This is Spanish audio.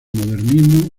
modernismo